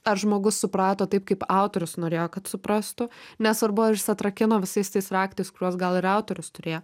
ar žmogus suprato taip kaip autorius norėjo kad suprastų nesvarbu ar jis atrakino visais tais raktais kuriuos gal ir autorius turėjo